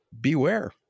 beware